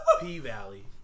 P-Valley